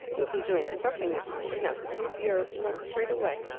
you would be doing something if you kidnapped the baby, or if you went straight away.